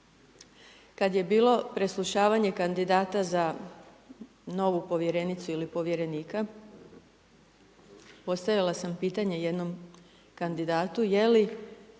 Kada je bilo preslušavanje kandidata za novu povjerenicu ili povjerenika postavila sam pitanje jednom kandidatu je li